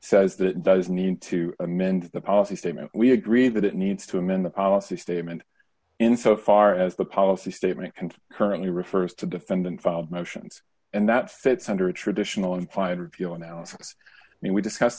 says that it does need to amend the policy statement we agree that it needs to amend the policy statement in so far as the policy statement contains currently refers to defendant filed motions and that fits under a traditional implied repeal analysis i mean we discuss